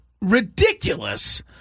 ridiculous